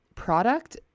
product